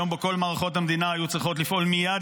היום שבו כל מערכות המדינה היו צריכות לפעול מייד